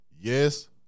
Yes